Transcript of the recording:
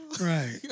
Right